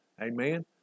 Amen